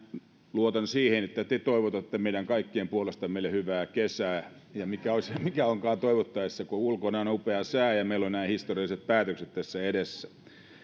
luotan siihen että te toivotatte meidän kaikkien puolesta meille hyvää kesää ja mikä onkaan toivottaessa kun ulkona on upea sää ja meillä on nämä historialliset päätökset tässä edessä